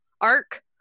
arc